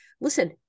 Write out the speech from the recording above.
listen